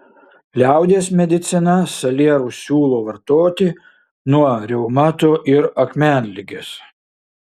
liaudies medicina salierus siūlo vartoti nuo reumato ir akmenligės